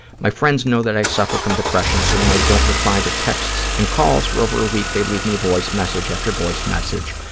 my friends know that i suffer from depression, so when i don't reply to texts and calls for over a week, they leave me voice message after voice message,